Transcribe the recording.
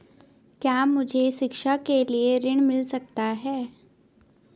क्या मुझे शिक्षा के लिए ऋण मिल सकता है?